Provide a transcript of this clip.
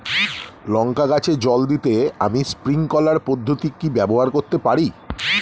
লঙ্কা গাছে জল দিতে আমি স্প্রিংকলার পদ্ধতি ব্যবহার করতে পারি?